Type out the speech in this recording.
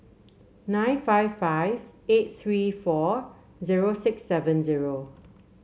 nine five five eight three four zero six seven zero